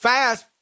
Fast